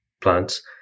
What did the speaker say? plants